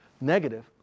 negative